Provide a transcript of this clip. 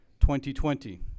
2020